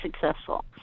successful